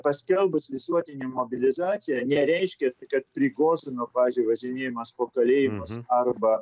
paskelbus visuotinę mobilizaciją nereiškia kad prigožino pavyzdžiui važinėjimas po kalėjimus arba